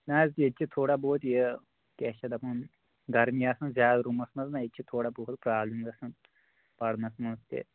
نہ حظ ییٚتہِ چھِ تھوڑا بہت یہِ کیٛاہ چھِ اتھ دَپان گرمی آسان زیادٕ روٗمَس منٛز نہ ییٚتہِ چھِ تھوڑا بہت پرٛابلِم گژھان پرنَس منٛز تہِ